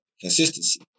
Consistency